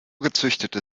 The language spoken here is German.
gezüchtete